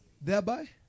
thereby